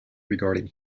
regarding